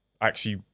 actually-